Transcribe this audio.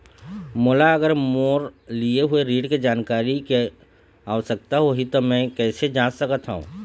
मोला अगर मोर लिए हुए ऋण के जानकारी के आवश्यकता होगी त मैं कैसे जांच सकत हव?